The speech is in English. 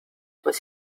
was